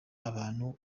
abantu